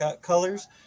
colors